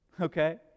okay